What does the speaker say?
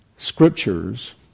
scriptures